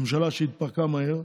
ממשלה שהתפרקה מהר,